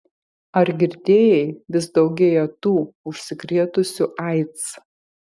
ar girdėjai vis daugėja tų užsikrėtusių aids